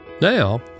Now